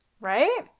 Right